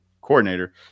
coordinator